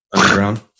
Underground